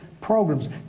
programs